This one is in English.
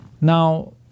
Now